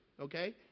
okay